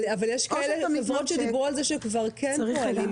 אבל יש חברות שדיברו על כך שהן כבר כן פועלות כך.